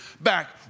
back